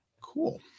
Cool